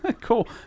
cool